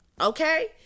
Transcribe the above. Okay